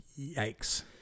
Yikes